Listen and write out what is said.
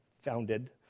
founded